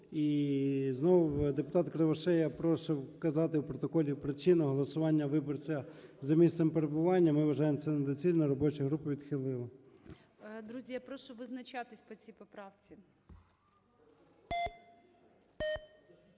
І знов депутат Кривошея просить вказати в протоколі причину голосування виборця за місцем перебування. Ми вважаємо, це недоцільно. Робоча група відхилила. ГОЛОВУЮЧИЙ. Друзі, я прошу визначатись по цій поправці.